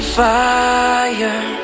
fire